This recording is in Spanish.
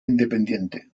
independiente